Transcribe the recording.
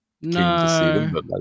No